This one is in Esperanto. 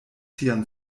sian